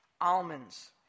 almonds